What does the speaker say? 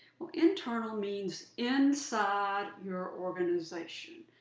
well, internal means inside your organization.